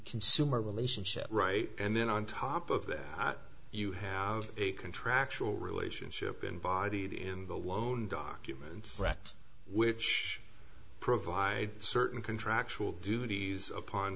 consumer relationship right and then on top of that you have a contractual relationship and bodied in the loan documents correct which provide certain contractual duties upon